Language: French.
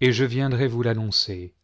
et je viendrai vous annoncer